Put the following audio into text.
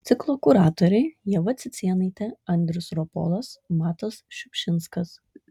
ciklo kuratoriai ieva cicėnaitė andrius ropolas matas šiupšinskas